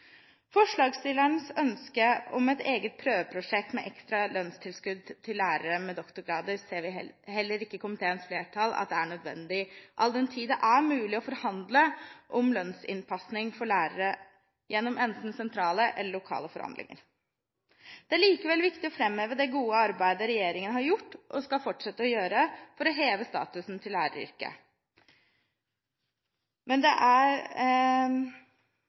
ønske om et eget prøveprosjekt med ekstra lønnstilskudd til lærere med doktorgrader ser heller ikke komiteens flertall at er nødvendig, all den tid det er mulig å forhandle om lønnsinnpassing for lærere gjennom enten sentrale eller lokale forhandlinger. Det er likevel viktig å framheve det gode arbeidet regjeringen har gjort – og skal fortsette å gjøre – for å heve statusen til læreryrket. I dag er